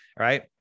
right